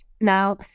now